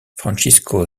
francisco